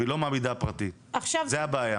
היא לא מעמידה פרטי, זה הבעיה.